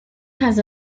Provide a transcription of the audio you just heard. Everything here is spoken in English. has